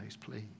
please